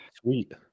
sweet